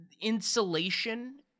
insulation